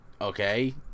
Okay